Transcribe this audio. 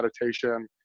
meditation